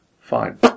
Fine